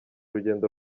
urugendo